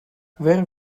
where